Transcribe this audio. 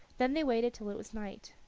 then they waited till it was night.